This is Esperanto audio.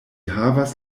havas